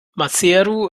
maseru